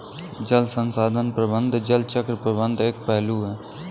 जल संसाधन प्रबंधन जल चक्र प्रबंधन का एक पहलू है